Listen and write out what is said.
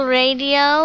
radio